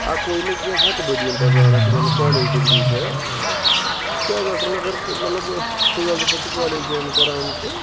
اَکوے نہٕ کیٚنہہ ہَتہٕ بٔدی یِم بہٕ زانَکھ یِمن نہٕ کالیج ڈگری چھےٚ کیازِ ٲسٕکھ اگر مطلب ٹُویلتھٕ پتہٕ چھِ کالیج جایِن کران تہٕ